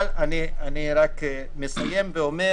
אני רק מסיים ואומר